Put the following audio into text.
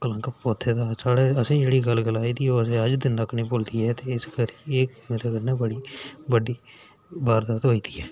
कलंक पोथै दा साढ़े असें ई जेह्ड़ी गल्ल गलाई दी ओह् असेंगी अज्ज दिन तक्क निं भुल्लदी ऐ ते एह् मेरे कन्नै बड़ी बड्डी वारदात होई दी ऐ